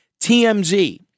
TMZ